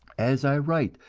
as i write,